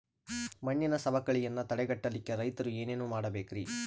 ಮಣ್ಣಿನ ಸವಕಳಿಯನ್ನ ತಡೆಗಟ್ಟಲಿಕ್ಕೆ ರೈತರು ಏನೇನು ಮಾಡಬೇಕರಿ?